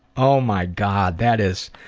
oh my god, that is,